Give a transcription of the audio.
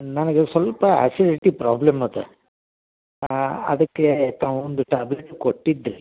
ನನಗೆ ಸ್ವಲ್ಪ acidity problem ಇದೆ ಅದಕ್ಕೆ ತಾವೊಂದು ಟ್ಯಾಬ್ಲೆಟ್ ಕೊಟ್ಟಿದ್ದಿರಿ